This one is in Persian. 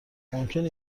ممکنه